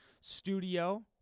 studio